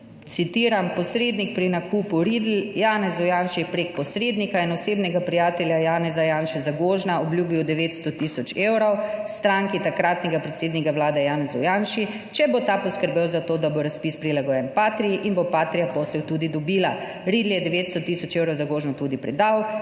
citiram: »Posrednik pri nakupu Riedl Janezu Janši prek posrednika in osebnega prijatelja Janeza Janše Zagožna obljubil 900 tisoč evrov stranki takratnega predsednika Vlade Janezu Janši, če bo ta poskrbel za to, da bo razpis prilagojen Patrii in bo Patria posel tudi dobila. Riedl je 900 tisoč evrov Zagožnu tudi predal,